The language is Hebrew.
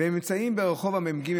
הם נמצאים ברחוב המ"ג.